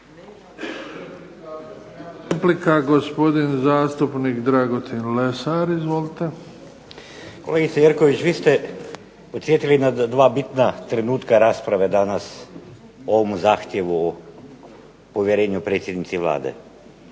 Kolegice Jerković, vi ste podsjetili nas na dva bitna trenutka rasprave danas o ovom zahtjevu o povjerenju predsjednici Vlade.